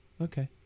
Okay